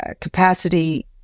capacity